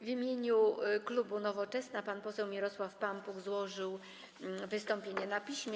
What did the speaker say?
W imieniu klubu Nowoczesna pan poseł Mirosław Pampuch złożył wystąpienie na piśmie.